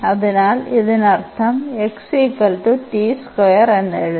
അതിനാൽ ഇതിനർത്ഥം എന്നെഴുതാം